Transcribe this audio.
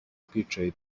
twicaye